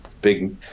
big